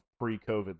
pre-COVID